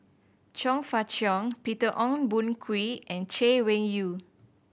Chong Fah Cheong Peter Ong Boon Kwee and Chay Weng Yew